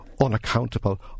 unaccountable